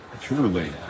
truly